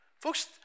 Folks